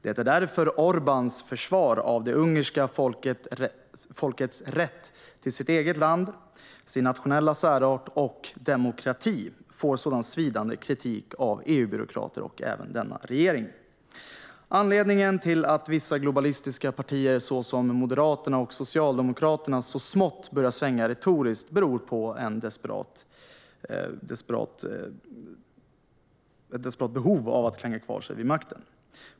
Det är därför Orbáns försvar av det ungerska folkets rätt till sitt eget land, sin nationella särart och demokrati får sådan svidande kritik av EU-byråkrater och även denna regering. Anledningen till att vissa globalistiska partier, såsom Moderaterna och Socialdemokraterna, så smått börjar svänga retoriskt är ett desperat behov av att klänga sig kvar vid makten.